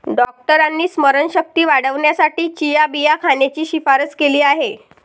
डॉक्टरांनी स्मरणशक्ती वाढवण्यासाठी चिया बिया खाण्याची शिफारस केली आहे